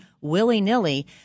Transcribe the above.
willy-nilly